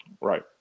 Right